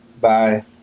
Bye